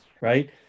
right